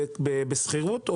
בשכירות,